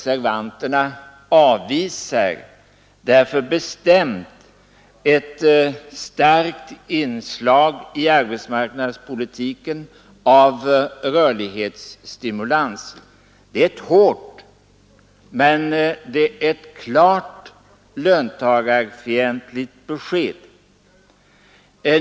De avvisar därför bestämt ett starkt inslag i arbetsmarknadspolitiken av rörlighetsstimulans. Det är ett hårt men klart löntagarfientligt besked.